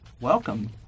welcome